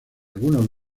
algunos